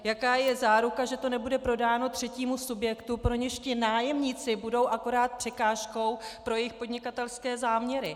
Jaká je záruka, že to nebude prodáno třetímu subjektu, pro nějž ti nájemníci budou akorát překážkou pro jejich podnikatelské záměry?